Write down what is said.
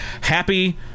Happy